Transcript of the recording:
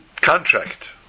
contract